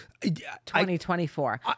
2024